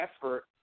effort